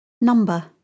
Number